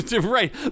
Right